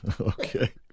Okay